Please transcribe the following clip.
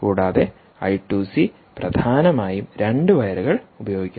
കൂടാതെ I two C പ്രധാനമായും 2 വയറുകൾ ഉപയോഗിക്കുന്നു